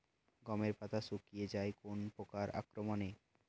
গমের পাতা শুকিয়ে যায় কোন পোকার আক্রমনে?